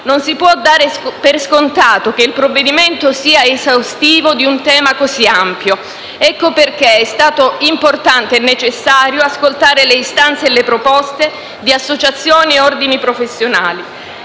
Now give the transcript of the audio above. non si può dare per scontato che il provvedimento sia esaustivo di un tema così ampio. Ecco perché è stato importante e necessario ascoltare le istanze e le proposte di associazioni e ordini professionali.